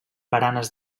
baranes